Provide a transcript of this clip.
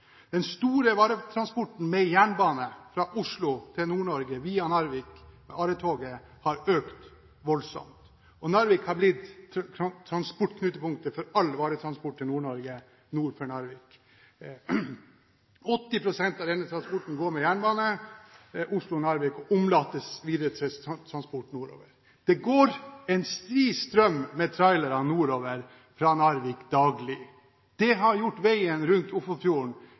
Den store varetransporten med jernbane fra Oslo til Nord-Norge via Narvik med ARE-toget har økt voldsomt, og Narvik har blitt transportknutepunktet for all varetransport til Nord-Norge nord for Narvik. 80 pst. av denne transporten skjer med jernbane Oslo–Narvik og omlastes til videre transport nordover. Det går en stri strøm med trailere nordover fra Narvik daglig. Det har gjort veien rundt